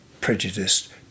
prejudiced